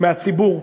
מהציבור.